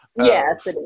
Yes